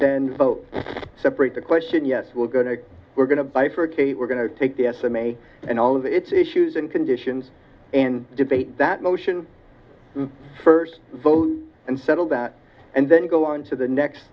then vote separate the question yes we're going to we're going to bifurcate we're going to take the estimate and all of its issues and conditions and debate that motion first vote and settle that and then go on to the next